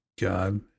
god